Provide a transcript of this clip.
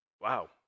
wow